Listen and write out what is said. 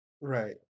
right